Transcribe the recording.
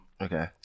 Okay